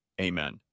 Amen